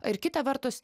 ir kita vertus